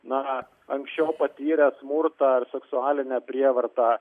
na anksčiau patyrę smurtą ir seksualinę prievartą